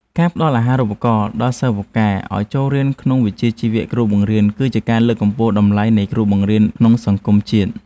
ការផ្តល់អាហារូបករណ៍ដល់សិស្សពូកែឱ្យចូលរៀនក្នុងវិជ្ជាជីវៈគ្រូបង្រៀនគឺជាការលើកកម្ពស់តម្លៃនៃគ្រូបង្រៀនក្នុងសង្គមជាតិ។